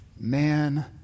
man